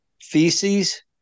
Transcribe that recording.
feces